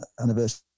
anniversary